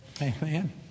Amen